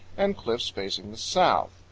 and cliffs facing the south.